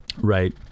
Right